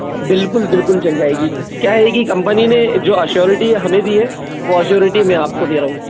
बिल्कुल बिल्कुल चल जाएगी क्या है कि कंपनी ने जो अश्योरिटी हमें दी है वो अश्योरिटी मैं आपको दे रहा हूँ